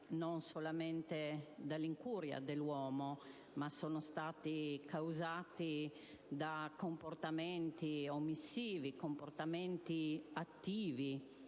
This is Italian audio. non solamente dall'incuria dell'uomo, ma sono stati causati da comportamenti omissivi o attivi